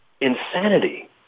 insanity